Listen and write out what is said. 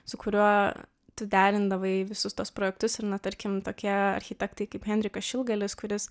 su kuriuo tu derindavai visus tuos projektus ir na tarkim tokie architektai kaip henrikas šilgalis kuris